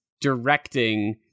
directing